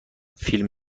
فیلم